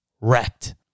wrecked